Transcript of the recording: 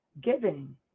giving